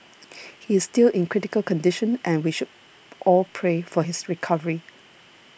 he is still in critical condition and we should all pray for his recovery